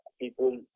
people